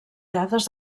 dades